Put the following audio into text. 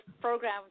program